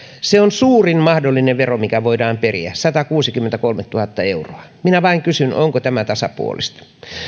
se on suurin mahdollinen vero mikä voidaan periä satakuusikymmentäkolme euroa minä vain kysyn onko tämä tasapuolista